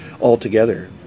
altogether